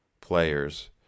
players